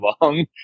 long